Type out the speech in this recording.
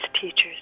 teachers